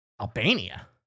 Albania